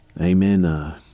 Amen